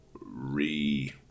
Re